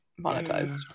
monetized